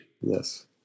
Yes